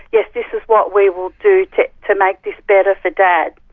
this this is what we will do to to make this better for dad.